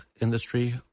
industry